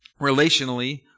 relationally